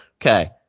okay